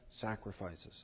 sacrifices